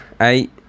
eight